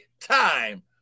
time